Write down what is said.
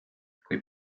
kui